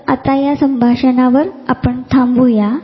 तर आता या संभाषणावर आपण थांबू या